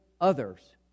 others